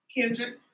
Kendrick